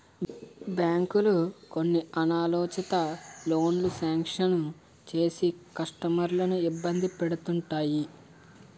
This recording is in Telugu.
బ్యాంకులు కొన్ని అనాలోచిత లోనులు శాంక్షన్ చేసి కస్టమర్లను ఇబ్బంది పెడుతుంటాయి